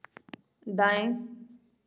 दाएँ